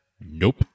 nope